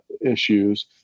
issues